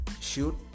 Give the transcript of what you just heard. shoot